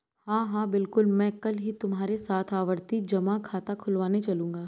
हां हां बिल्कुल मैं कल ही तुम्हारे साथ आवर्ती जमा खाता खुलवाने चलूंगा